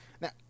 Now